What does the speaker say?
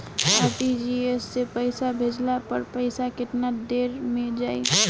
RTGS से पईसा भेजला पर पईसा केतना देर म जाई?